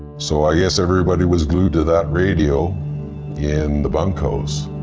so i guess everybody was glued to that radio in the bunkhouse,